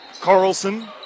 Carlson